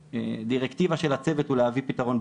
הדירקטיבה של הצוות הוא להביא פתרון,